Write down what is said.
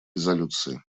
резолюции